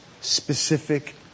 specific